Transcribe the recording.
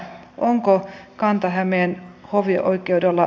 onko kanta hämeen hovioikeudella